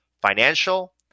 financial